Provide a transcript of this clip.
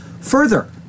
Further